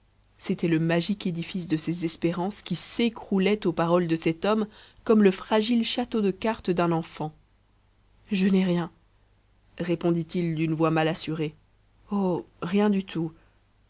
c'était le magique édifice de ses espérances qui s'écroulait aux paroles de cet homme comme le fragile château de cartes d'un enfant je n'ai rien répondit-il d'une voix mal assurée oh rien du tout